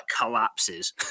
collapses